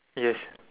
yes